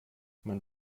man